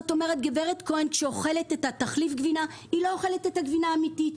גברת כהן שאוכלת את תחליף הגבינה לא אוכלת את הגבינה האמיתית,